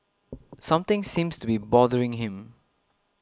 something seems to be bothering him